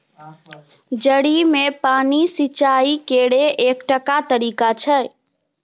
जड़ि मे पानि सिचाई केर एकटा तरीका छै